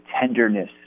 tenderness